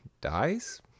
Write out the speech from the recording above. dies